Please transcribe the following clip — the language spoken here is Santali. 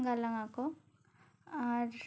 ᱜᱟᱞᱟᱝ ᱟᱠᱚ ᱟᱨ